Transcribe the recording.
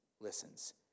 listens